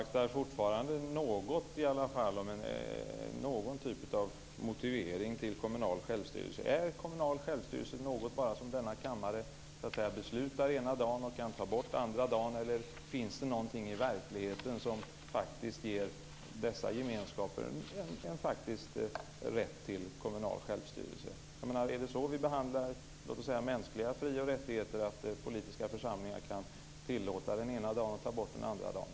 Fru talman! Jag avvaktar fortfarande någon typ av motivering till kommunal självstyrelse. Är kommunal självstyrelse något som denna kammare beslutar ena dagen och kan ta bort andra dagen, eller finns det någonting i verkligheten som faktiskt ger dessa gemenskaper en faktisk rätt till kommunal självstyrelse? Är det så vi behandlar låt oss säga mänskliga fri och rättigheter, att politiska församlingar kan tillåta den ena dagen och ta bort den andra dagen?